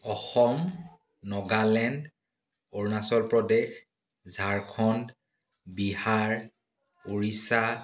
Assam Nagaland Arunachal Pradesh Jharkhand Bihar Odisha